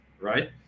right